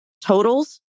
totals